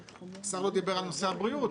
השר לא דיבר על נושא הבריאות,